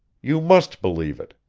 you must believe it!